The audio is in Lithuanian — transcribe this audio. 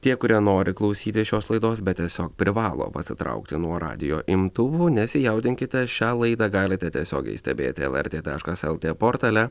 tie kurie nori klausytis šios laidos bet tiesiog privalo pasitraukti nuo radijo imtuvų nesijaudinkite šią laidą galite tiesiogiai stebėti lrt taškas lt portale